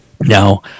Now